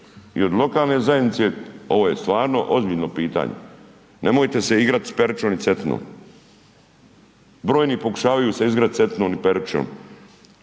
i od lokalne zajednice, ovo je stvarno ozbiljno pitanje. Nemojte se igrati sa Perućom i Cetinom. Brojni pokušavaju se igrati Cetinom i Perućom,